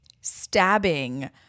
stabbing